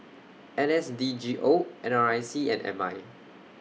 N S D G O N R I C and M I